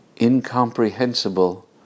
incomprehensible